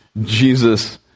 Jesus